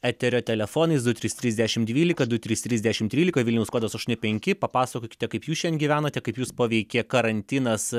eterio telefonais du trys trys dešimt dvylika tu trys trys dešimt trylika vilniaus kodas aštuoni penki papasakokite kaip jūs šiandien gyvenate kaip jus paveikė karantinas